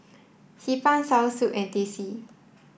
Hee Pan Soursop and Teh C